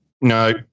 No